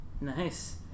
Nice